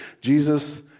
Jesus